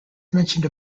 mentioned